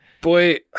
Boy